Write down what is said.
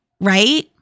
right